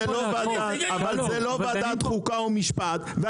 אבל זה לא ועדת חוקה ומשפט.